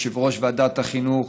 יושב-ראש ועדת החינוך,